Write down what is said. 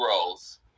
roles